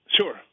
Sure